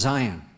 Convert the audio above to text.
Zion